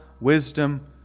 wisdom